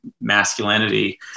masculinity